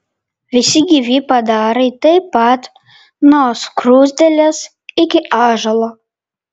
visi gyvi padarai taip pat nuo skruzdėlės iki ąžuolo